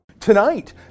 Tonight